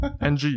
NG